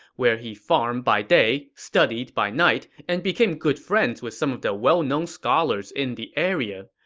where he farmed by day, studied by night, and became good friends with some of the well-known scholars in the area.